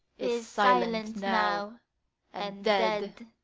is silent now and dead.